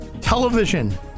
Television